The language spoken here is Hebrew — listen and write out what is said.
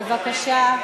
בבקשה.